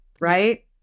right